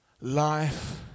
life